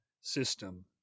system